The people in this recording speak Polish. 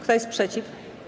Kto jest przeciw?